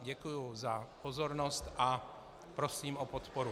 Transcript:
Děkuju za pozornost a prosím o podporu.